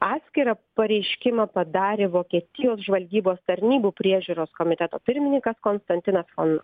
atskirą pareiškimą padarė vokietijos žvalgybos tarnybų priežiūros komiteto pirmininkas konstantinas fon